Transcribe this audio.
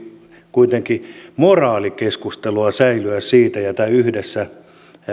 kuitenkin moraalikeskustelua säilyä siitä ja yhdessä